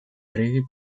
reggae